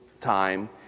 time